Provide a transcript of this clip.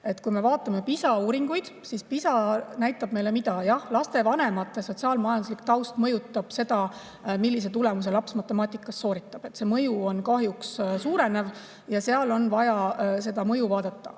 Kui me vaatame PISA uuringuid, siis PISA näitab meile mida? Jah, lastevanemate sotsiaal-majanduslik taust mõjutab seda, millise tulemuse laps matemaatikas saab. See mõju on kahjuks suurenev ja seda mõju on vaja